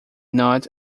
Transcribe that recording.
not